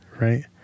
right